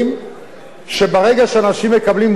שברגע שאנשים מקבלים רק תרומה,